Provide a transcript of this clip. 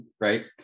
right